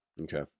Okay